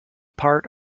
part